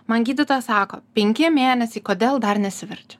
man gydytoja sako penki mėnesiai kodėl dar nesiverčia